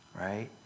Right